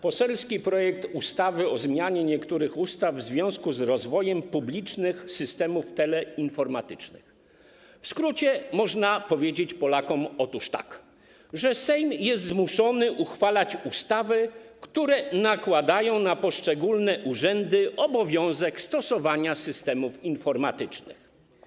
Poselski projekt ustawy o zmianie niektórych ustaw w związku z rozwojem publicznych systemów teleinformatycznych - w skrócie można powiedzieć Polakom, że Sejm jest zmuszony uchwalać ustawy, które nakładają na poszczególne urzędy obowiązek stosowania systemów informatycznych.